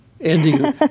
Ending